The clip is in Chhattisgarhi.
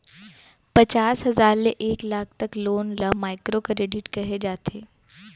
पचास हजार ले एक लाख तक लोन ल माइक्रो करेडिट कहे जाथे